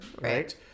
Right